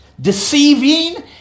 Deceiving